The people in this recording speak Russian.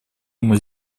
ему